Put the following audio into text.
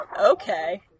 okay